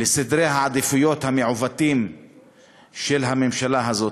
לסדרי העדיפויות המעוותים של הממשלה הזאת.